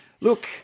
Look